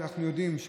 אנחנו יודעים,